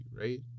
right